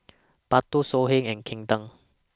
Bardot Songhe and Kinder